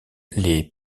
les